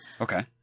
Okay